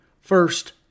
First